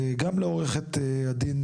גם לעורכת הדין